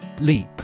Leap